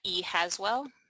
eHaswell